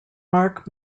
mark